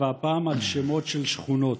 והפעם על שמות של שכונות.